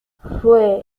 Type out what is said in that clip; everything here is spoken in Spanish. fue